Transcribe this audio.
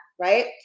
right